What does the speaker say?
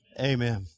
Amen